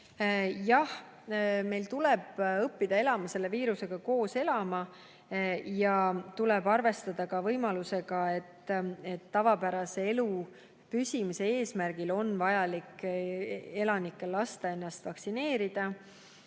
Jah, meil tuleb õppida selle viirusega koos elama ja tuleb arvestada ka võimalusega, et tavapärase elu püsimise eesmärgil on vaja inimestel lasta ennast vaktsineerida.